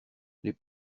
les